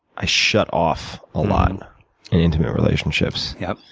ah shut off a lot in intimate relationships. yeah.